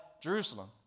Jerusalem